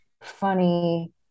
funny